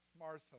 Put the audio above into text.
Martha